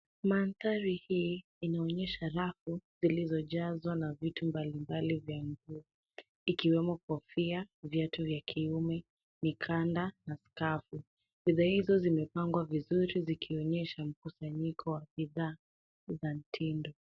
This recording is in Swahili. Mandhari hii inaonyesha rafu zilizojazwa na vitu mbalimbali vya nguo ikiwemo kofia, viatu vya kiume, mikanda na skafu . Bidhaa hizo zimepangwa vizuri zikionyesha mkusanyiko wa bidhaa za mtindo.